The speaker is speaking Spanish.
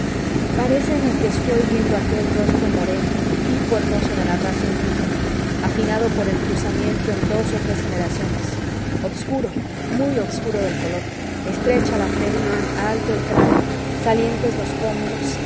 algo paréceme que estoy viendo aquel rostro moreno tipo hermoso de la raza indígena afinado por el cruzamiento en dos o tres generaciones obscuro muy obscuro del color estrecha la frente alto el cráneo salientes los pómulos